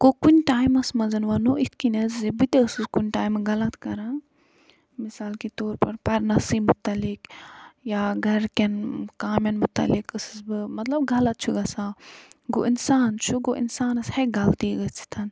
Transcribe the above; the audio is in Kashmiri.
گوٚو کُنہِ ٹایمَس منٛز وَنَو یِتھ کٔنٮ۪تھ زِ بہٕ تہِ ٲسٕس کُنہِ ٹایمہٕ غلط کران مِثال کے طور پر پَرنَسٕے متعلق یا گَرٕکٮ۪ن کامٮ۪ن متعلِق ٲسٕس بہٕ مطلب غلط چھُ گژھان گوٚو اِنسان چھُ گوٚو اِنسانَس ہٮ۪کہِ غلطی گٔژھِتھ